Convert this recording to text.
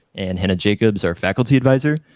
and hannah jacobs, our faculty advisor.